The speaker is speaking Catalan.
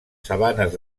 sabanes